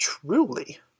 Truly